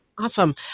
Awesome